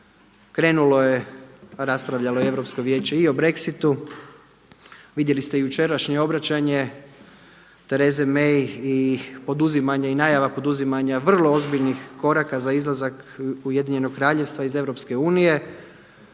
Krenulo je a raspravljalo je Europskog vijeće i o Brexitu. Vidjeli ste i jučerašnje obraćanje Tereze Mei i poduzimanje i najava poduzimanja vrlo ozbiljnih koraka za izlazak Ujedinjenog Kraljevstva iz EU.